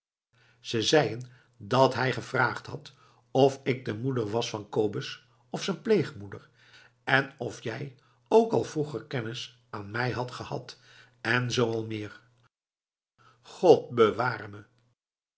ze zeien dat hij gevraagd had of ik de moeder was van kobus of z'n pleegmoeder en of jij ook al vroeger kennis aan mij had gehad en zoo al meer god bewaar